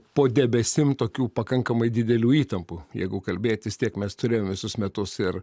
po debesim tokių pakankamai didelių įtampų jeigu kalbėt vis tiek mes turėjom visus metus ir